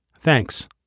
Thanks